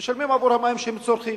הם משלמים עבור המים שהם צורכים.